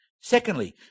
Secondly